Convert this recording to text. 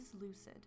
lucid